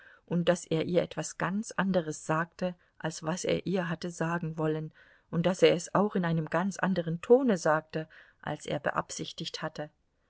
und daß er ihr etwas ganz anderes sagte als was er ihr hatte sagen wollen und daß er es auch in einem ganz anderen tone sagte als er beabsichtigt hatte